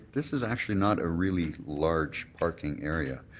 this is actually not a really large parking area.